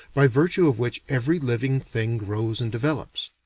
by virtue of which every living thing grows and develops.